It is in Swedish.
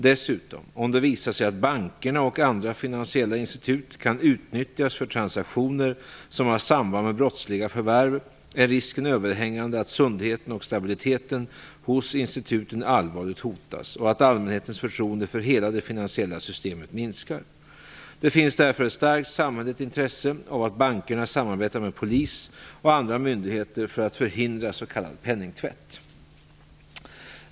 Dessutom: Om det visar sig att bankerna och andra finansiella institut kan utnyttjas för transaktioner som har samband med brottsliga förvärv är risken överhängande att sundheten och stabiliteten hos instituten allvarligt hotas och att allmänhetens förtroende för hela det finansiella systemet minskar. Det finns därför ett starkt samhälleligt intresse av att bankerna samarbetar med polis och andra myndigheter för att förhindra s.k. penningtvätt.